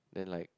then like